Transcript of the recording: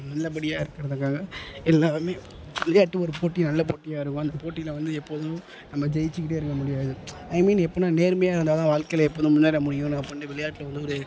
நல்லபடியாக இருக்கிறதுக்காக எல்லாமே விளையாட்டு ஒரு போட்டி நல்ல போட்டியாக இருக்கும் அந்த போட்டியில் வந்து எப்போதும் நம்ம ஜெயிச்சுக்கிட்டே இருக்க முடியாது ஐ மீன் எப்பிடின்னா நேர்மையாக இருந்தாதான் வாழ்க்கையில் எப்போதும் முன்னேற முடியும்ன்னு அப்பிடின்னு விளையாட்டுல உள்ள ஒரு